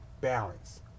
balance